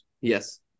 Yes